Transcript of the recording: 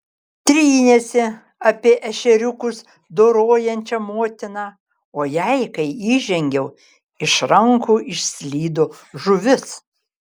trynėsi apie ešeriukus dorojančią motiną o jai kai įžengiau iš rankų išslydo žuvis